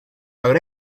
our